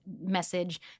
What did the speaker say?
message